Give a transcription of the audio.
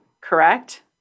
correct